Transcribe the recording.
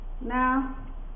now